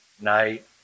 night